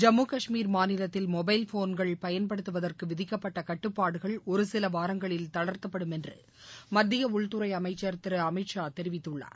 ஜம்மு காஷ்மீர் மாநிலத்தில் மொபைல் போன்கள் பயன்படுத்துவதற்கு விதிக்கப்பட்ட கட்டுப்பாடுகள் ஒருசில வாரங்களில் தளர்த்தப்படும் என்று மத்திய உள்துறை அமைச்சர் திரு அமித் ஷா தெரிவித்துள்ளார்